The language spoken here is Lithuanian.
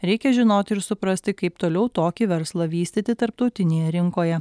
reikia žinoti ir suprasti kaip toliau tokį verslą vystyti tarptautinėje rinkoje